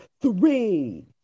three